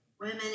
Women